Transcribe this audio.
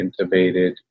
intubated